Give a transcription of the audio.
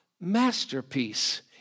masterpiece